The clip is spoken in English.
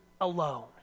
alone